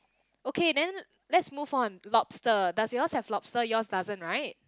okay then let's move on lobster does yours have lobster yours doesn't right